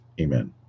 Amen